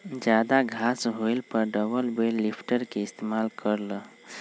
जादा घास होएला पर डबल बेल लिफ्टर के इस्तेमाल कर ल